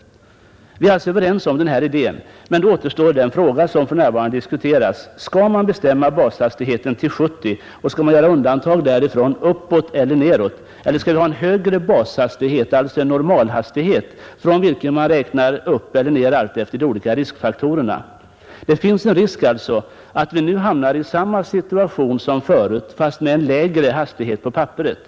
Vi är alltså överens om denna idé. Men då återstår den fråga som för närvarande diskuteras: Skall man bestämma bashastigheten till 70 km och skall man göra undantag därifrån uppåt eller nedåt eller skall vi ha en högre bashastighet, alltså en normalhastighet, från vilken man räknar upp eller ned alltefter de olika riskfaktorerna? Det finns en möjlighet att vi återigen hamnar i samma situation som förut, fast nu med en lägre hastighet på papperet.